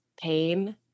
pain